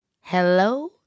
hello